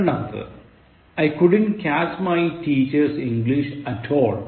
രണ്ടാമത്തേത് I couldn't catch my teacher's English at all